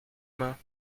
mains